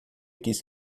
quis